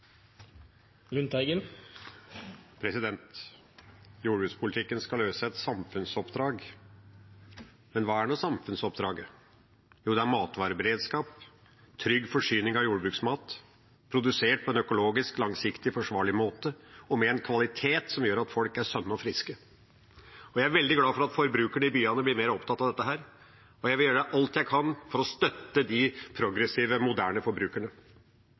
samfunnsoppdraget? Jo, det er matvareberedskap, trygg forsyning av jordbruksmat produsert på en økologisk langsiktig og forsvarlig måte, og med en kvalitet som gjør at folk er sunne og friske. Jeg er veldig glad for at forbrukerne i byene blir mer opptatt av dette, og jeg vil gjøre alt jeg kan for å støtte de progressive moderne forbrukerne.